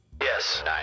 Yes